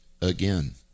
again